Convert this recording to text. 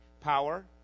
power